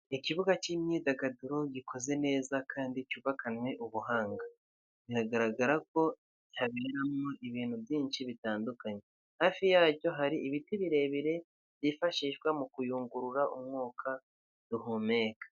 Ikibuga cy'imyidagaduro gikoze neza kandi cyubakanywe ubuhanga biragaragara ko haberamo ibintu byinshi bitandukanye, hafi yacyo hari ibiti birebire byifashishwa mu kuyungurura umwuka duhumeka.